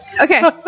Okay